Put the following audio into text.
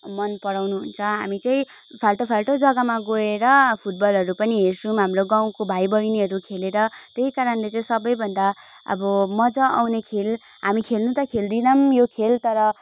मन पराउनु हुन्छ हामी चाहिँ फाल्टो फाल्टो जग्गामा गएर फुटबलहरू पनि हेर्छौँ हाम्रो गाउँको भाइ बहिनीहरू खेलेर त्यही कारणले चाहिँ सबैभन्दा अब मजा आउने खेल हामी खेल्नु त खेल्दैनौँ यो खेल तर